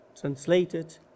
translated